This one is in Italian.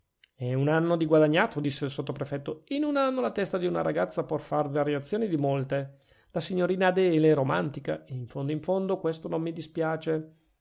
è un anno di guadagnato disse il sottoprefetto e in un anno la testa di una ragazza può far variazioni di molte la signorina adele è romantica e in fondo in fondo questo non mi dispiace